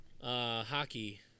hockey